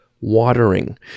watering